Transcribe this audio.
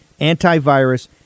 antivirus